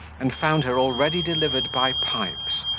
and found her already delivered by pipes,